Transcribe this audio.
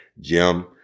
Jim